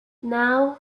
now